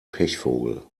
pechvogel